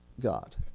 God